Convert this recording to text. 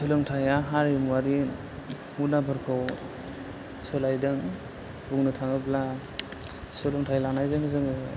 सोलोंथाइया हारिमुवारि हुदाफोरखौ सोलायदों बुंनो थाङोब्ला सोलोंथाइ लानायजों जोङो